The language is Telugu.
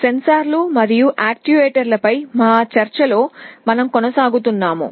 సెన్సార్లు మరియు యాక్యుయేటర్లపై మా చర్చలో మేము కొనసాగుతున్నాము